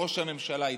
שראש הממשלה יידבק.